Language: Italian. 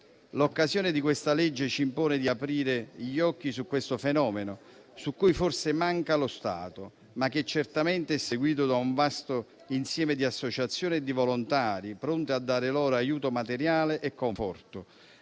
L'occasione di questa legge ci impone di aprire gli occhi su questo fenomeno, su cui forse manca lo Stato, ma che certamente è seguito da un vasto insieme di associazioni di volontari, pronte a dare loro aiuto materiale e conforto,